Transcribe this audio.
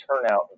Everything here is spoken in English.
turnout